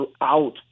throughout